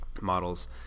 models